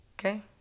Okay